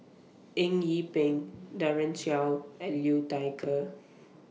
Eng Yee Peng Daren Shiau and Liu Thai Ker